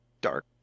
dark